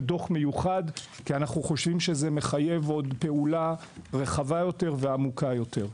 דוח מיוחד כי אנחנו חושבים שזה מחייב עוד פעולה רחבה ועמוקה יותר.